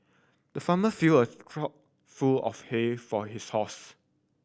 the farmer filled a trough full of hay for his house